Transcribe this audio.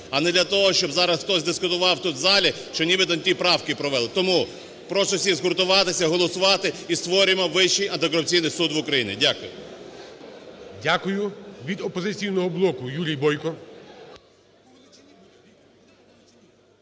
а не для того, щоб зараз хтось дискутував тут в залі, що нібито не ті правки провели. Тому прошу всіх згуртуватися, голосувати, і створюємо Вищий антикорупційний суд в Україні. Дякую. ГОЛОВУЮЧИЙ. Дякую. Від "Опозиційного блоку" Юрій Бойко.